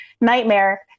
nightmare